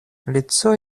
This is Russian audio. лицо